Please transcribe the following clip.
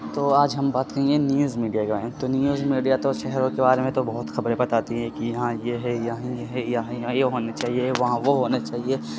تو آج ہم بات کریں گے نیوز میڈیا کے بارے میں تو نیوز میڈیا تو شہروں کے بارے میں تو بہت خبریں بتاتی ہے کہ یہاں یہ ہے یہاں یہ ہے یہاں یہاں یہ ہونے چاہیے وہاں وہ ہونا چاہیے